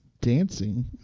Dancing